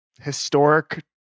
historic